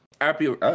Happy